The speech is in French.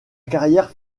carrière